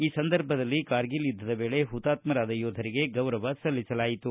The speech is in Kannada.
ಈ ಸಂದರ್ಭದಲ್ಲಿ ಕಾರ್ಗಿಲ್ ಯುದ್ದದ ವೇಳೆ ಹುತಾತ್ವರಾದ ಯೋಧರಿಗೆ ಗೌರವ ಸಲ್ಲಿಸಲಾಯಿತು